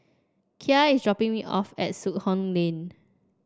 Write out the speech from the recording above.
Kya is dropping me off at Soon Hock Lane